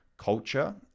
culture